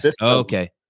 Okay